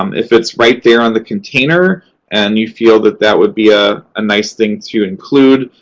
um if it's right there on the container and you feel that that would be a ah nice thing to include,